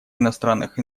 иностранных